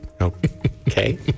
Okay